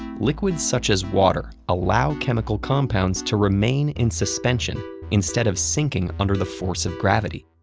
liquids such as water allow chemical compounds to remain in suspension instead of sinking under the force of gravity.